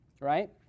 right